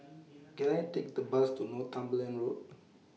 Can I Take The Bus to Northumberland Road